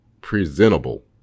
presentable